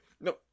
No